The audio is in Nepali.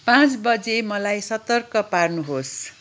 पाँच बजे मलाई सतर्क पार्नुहोस्